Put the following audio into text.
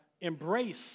embrace